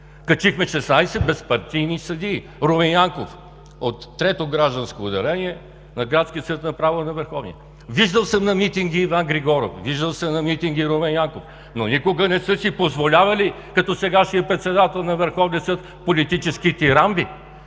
Качихме 16 безпартийни съдии – Румен Янков от Трето гражданско отделение на градски съд направо на Върховния. Виждал съм на митинги Иван Григоров, виждал съм и Румен Янков, но никога не са си позволявали като сегашния председател на Върховния съд политически дитирамби.